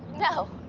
no.